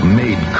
made